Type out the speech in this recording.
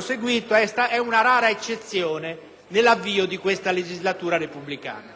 seguito rappresenta una rara eccezione nell'avvio di questa legislatura repubblicana.